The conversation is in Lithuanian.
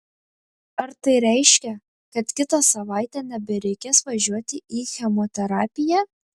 ar tai reiškia kad kitą savaitę nebereikės važiuoti į chemoterapiją